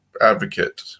advocate